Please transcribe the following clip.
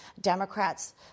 Democrats